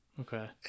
Okay